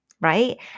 right